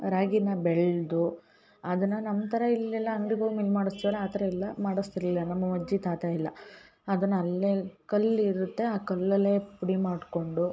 ರಾಗಿನ ಬೆಳೆದು ಅದನ್ನು ನಮ್ಮ ಥರ ಇಲ್ಲೆಲ್ಲ ಅಂಗ್ಡಿಗೆ ಹೋಗ್ ಮಿಲ್ ಮಾಡಿಸ್ತೀವಲ್ಲ ಆ ಥರ ಎಲ್ಲ ಮಾಡಿಸ್ತಿರ್ಲಿಲ್ಲ ನಮ್ಮ ಅಜ್ಜಿ ತಾತ ಎಲ್ಲ ಅದನ್ನು ಅಲ್ಲೇ ಕಲ್ಲು ಇರುತ್ತೆ ಆ ಕಲ್ಲಲ್ಲೇ ಪುಡಿ ಮಾಡಿಕೊಂಡು